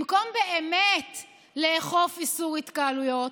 במקום באמת לאכוף איסור התקהלויות,